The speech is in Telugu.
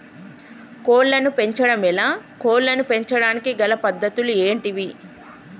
కోళ్లను పెంచడం ఎలా, కోళ్లను పెంచడానికి గల పద్ధతులు ఏంటివి?